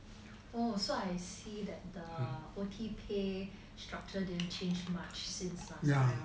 oh so I see that the O_T pay structure didn't changed much since last time ah